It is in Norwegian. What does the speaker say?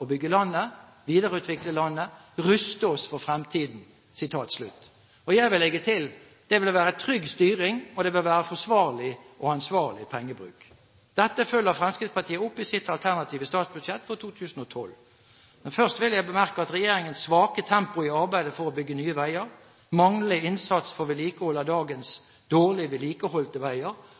å bygge landet, videreutvikle landet, ruste oss for fremtiden. Jeg vil legge til: Det vil være trygg styring, og det vil være forsvarlig og ansvarlig pengebruk. Dette følger Fremskrittspartiet opp i sitt alternative statsbudsjett for 2012. Men først vil jeg bemerke at regjeringens svake tempo i arbeidet med bygging av nye veier, manglende innsats for vedlikehold av dagens dårlig vedlikeholdte veier